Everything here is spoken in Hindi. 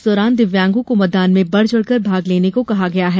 इस दौरान दिव्यांगों को मतदान में बढ़ चढ़कर भाग लेने को कहा गया है